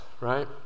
right